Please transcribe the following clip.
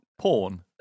porn